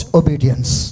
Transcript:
obedience